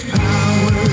power